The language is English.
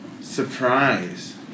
Surprise